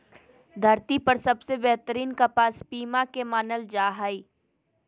धरती पर सबसे बेहतरीन कपास पीमा के मानल जा हय